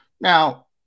Now